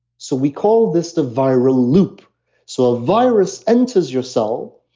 so we call this the viral loop so, a virus enters yourself,